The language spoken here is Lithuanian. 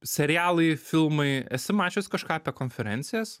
serialai filmai esi mačius kažką apie konferencijas